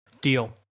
Deal